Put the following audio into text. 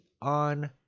on